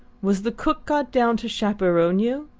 was the cook got down to chaperon you?